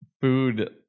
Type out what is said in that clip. food